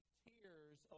tears